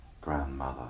grandmother